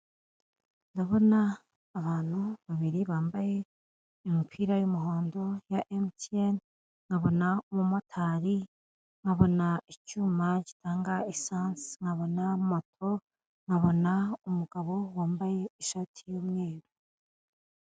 Ndabona abantu babiri bambaye imipira y'umuhondo ya emutiyene, nkabona abamotari, nkabona icyuma gitanga esansi, nkabona moto, nkabona umugabo wambaye ishati y'umweru.